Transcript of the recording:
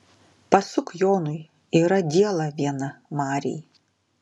pasuk jonui yra diela viena marėj